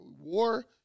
war